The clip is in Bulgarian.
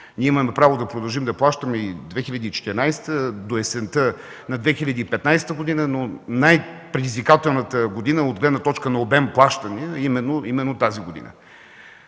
Ние имаме право да продължим да плащаме и 2014 г. до есента на 2015 г., но най-предизвикателната година от гледна точка на обем плащания е именно тази година.